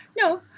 No